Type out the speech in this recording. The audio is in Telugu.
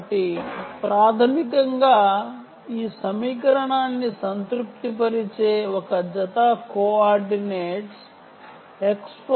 కాబట్టి ప్రాథమికంగా ఈ సమీకరణాన్ని సంతృప్తిపరిచే ఒక జత కోఆర్డినేట్స్ X4 Y4 ఉంటాయి